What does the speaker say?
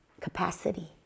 capacity